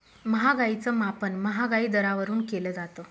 महागाईच मापन महागाई दरावरून केलं जातं